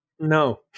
No